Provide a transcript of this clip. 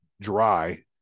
dry